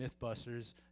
Mythbusters